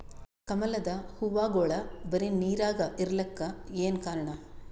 ಕಮಲದ ಹೂವಾಗೋಳ ಬರೀ ನೀರಾಗ ಇರಲಾಕ ಏನ ಕಾರಣ ಅದಾ?